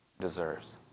deserves